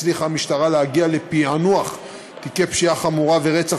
הצליחה המשטרה להגיע לפענוח תיקי פשיעה חמורה ורצח